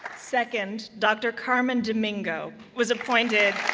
second, dr. carmen domingo was appointed